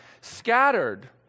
Scattered